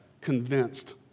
convinced